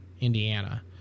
Indiana